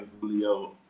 Julio